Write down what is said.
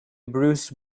bruce